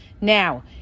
Now